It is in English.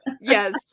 Yes